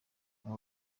aba